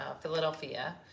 Philadelphia